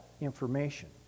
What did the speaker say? information